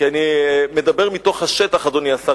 כי אני מדבר מתוך השטח, אדוני השר.